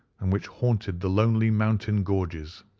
and which haunted the lonely mountain gorges.